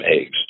eggs